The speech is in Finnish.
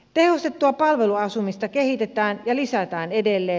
tehostettua palveluasumista kehitetään ja lisätään edelleen